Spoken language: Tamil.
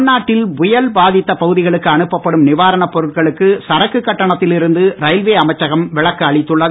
தமிழ்நாட்டில் புயல் பாதித்த பகுதிகளுக்கு அனுப்ப படும் நிவாரணப் பொருட்களுக்கு சரக்கு கட்டணத்தில் இருந்ரு ரயில்வே அமைச்சகம் விளக்கு அளித்துள்ளது